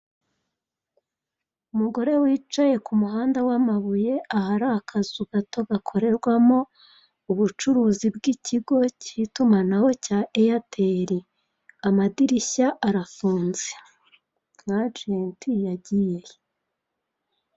Umugore wicaye ku muhanda w'amabuye ahari akazu gato gakorerwamo ubucuruzi bw'ikigo cy'itumanaho cya eyateli. Amadirishya arafunze imajine uti yagiye he?